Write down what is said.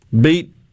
beat